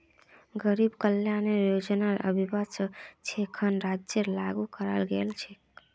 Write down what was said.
गरीब कल्याण रोजगार अभियान छो खन राज्यत लागू कराल गेल छेक